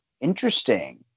interesting